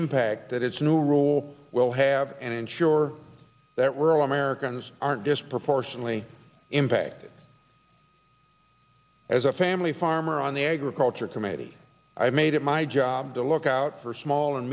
impact that its new rule will have and ensure that rural americans aren't disproportionately impacted as a family farmer on the agriculture committee i made it my job to look out for small and